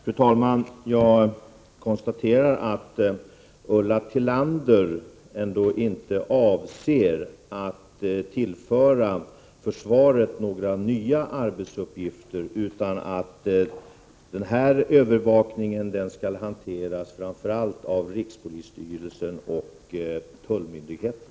Fru talman! Jag konstaterar att Ulla Tillander ändå inte avser att tillföra försvaret några nya arbetsuppgifter, utan att den här övervakningen skall hanteras av framför allt rikspolisstyrelsen och tullmyndigheten.